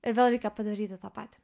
ir vėl reikia padaryti tą patį